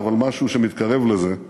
אבל משהו שמתקרב לזה,